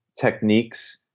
techniques